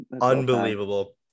Unbelievable